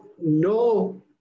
no